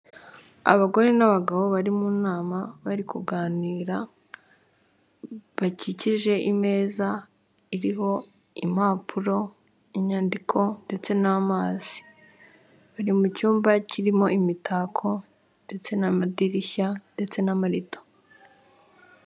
Abagore n'abagabo bari mu nama bari kuganira bakikije imeza iriho impapuro, inyandiko, ndetse n'amazi. Bari mu cyumba kirimo imitako ndetse n'amadirishya ndetse n'amarido.